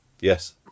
Yes